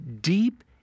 deep